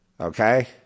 okay